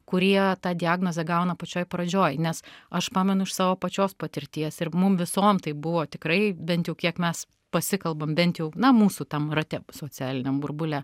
kurie tą diagnozę gauna pačioj pradžioj nes aš pamenu iš savo pačios patirties ir mum visom tai buvo tikrai bent jau kiek mes pasikalbam bent jau na mūsų tam rate socialiniam burbule